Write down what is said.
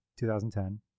2010